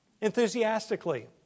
enthusiastically